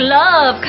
love